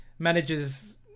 manages